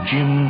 Jim